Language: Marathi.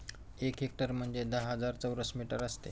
एक हेक्टर म्हणजे दहा हजार चौरस मीटर असते